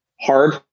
hard